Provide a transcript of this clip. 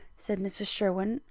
said mrs. sherwin,